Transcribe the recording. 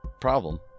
problem